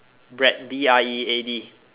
bread B R E A D